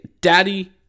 Daddy